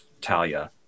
Talia